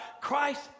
Christ